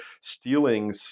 stealing